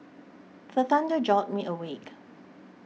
the thunder jolt me awake